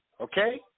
okay